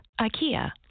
IKEA